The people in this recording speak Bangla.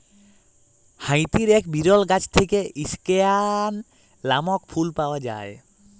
হাইতির এক বিরল গাছ থেক্যে স্কেয়ান লামক ফুল পাওয়া যায়